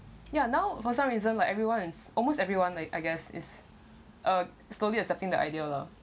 ya now for some reason like everyone is almost everyone like I guess is uh slowly accepting the idea lah